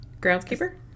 Groundskeeper